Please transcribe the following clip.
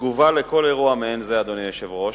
בתגובה על כל אירוע מעין זה, אדוני היושב-ראש,